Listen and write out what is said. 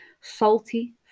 salty